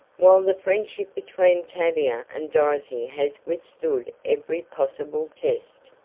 while the friendship between tavia and dorothy has withstood every possible test.